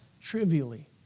trivially